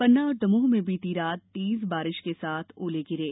पन्ना और दमोह में बीती रात तेज बारिश के साथ ओले गिरे